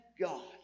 God